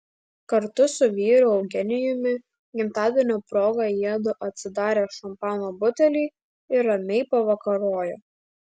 kartu su vyru eugenijumi gimtadienio proga jiedu atsidarė šampano butelį ir ramiai pavakarojo